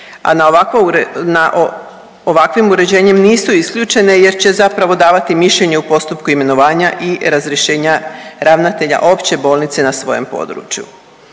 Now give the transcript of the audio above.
ovakvim uređenjem nisu isključene jer će zapravo davati mišljenje u postupku imenovanja i razrješenja ravnatelja opće bolnice na svoje području.